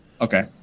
Okay